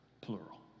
plural